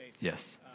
yes